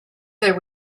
there